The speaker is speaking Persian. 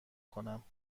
کنم